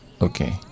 Okay